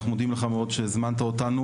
אנחנו מודים לך מאוד שהזמנת אותנו,